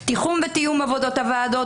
תיחום ותיאום עבודת הוועדות,